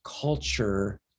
culture